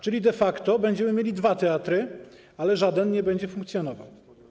Czyli de facto będziemy mieli dwa teatry, ale żaden nie będzie funkcjonował.